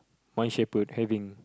one shepherd having